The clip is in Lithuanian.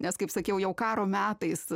nes kaip sakiau jau karo metais